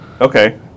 Okay